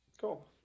Cool